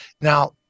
now